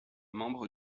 membres